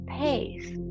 pace